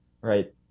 right